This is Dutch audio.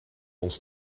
ons